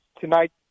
tonight